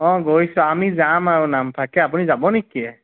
অঁ গৈছোঁ আমি যাম আৰু নামফাকে আপুনি যাব নেকি